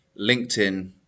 LinkedIn